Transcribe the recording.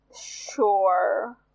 Sure